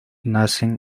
nacen